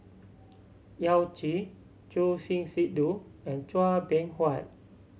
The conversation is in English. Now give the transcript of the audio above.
Yao Zi Choor Singh Sidhu and Chua Beng Huat